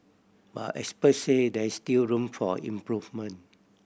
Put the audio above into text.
but experts say there is still room for improvement